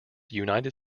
united